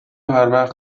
هروقت